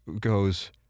goes